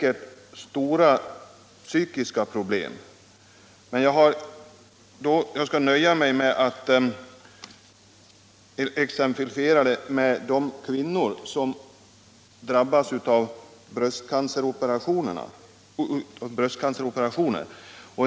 För många är säkert de psykiska problemen svårast, men jag har i frågan nöjt mig med att uppmärksamma de svårigheter som uppstår när dessa människor inte kan skaffa sig konfektionssydda kläder. Jag skall som exempel nämna de kvinnor som opererats för bröstcancer.